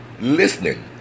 listening